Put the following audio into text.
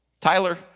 Tyler